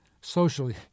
socially